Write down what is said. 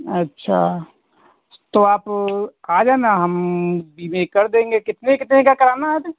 अच्छा तो आप आ जाना हम कर देंगे कितने कितने का कराना है